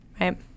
Right